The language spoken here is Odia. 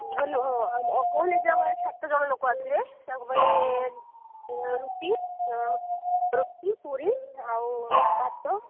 ହ୍ୟାଲୋ ହଁ କହୁନଥିଲି ସାତ ଜଣ ଲୋକ ଆସିବେ ତାଙ୍କ ପାଇଁ ରୁଟି ପୁରୀ ଆଉ ଭାତ